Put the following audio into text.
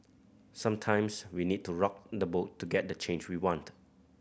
sometimes we need to rock the boat to get the change we want